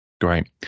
great